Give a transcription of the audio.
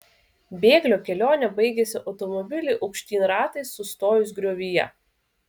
bėglio kelionė baigėsi automobiliui aukštyn ratais sustojus griovyje